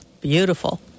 beautiful